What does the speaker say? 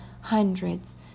hundreds